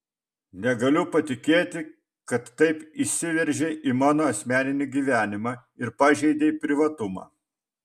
negaliu patikėti kad taip įsiveržei į mano asmeninį gyvenimą ir pažeidei privatumą